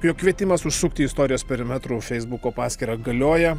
jog kvietimas užsukti į istorijos perimetro feisbuko paskyrą galioja